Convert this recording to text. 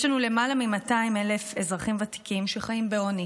יש לנו למעלה מ-200,000 אזרחים ותיקים שחיים בעוני.